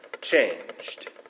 changed